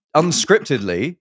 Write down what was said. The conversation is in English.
unscriptedly